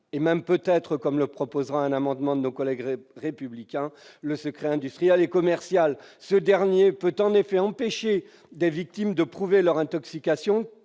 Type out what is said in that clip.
médical, voire, comme le prévoit un amendement de nos collègues du groupe Les Républicains, le secret industriel et commercial. Ce dernier peut en effet empêcher des victimes de prouver leur intoxication,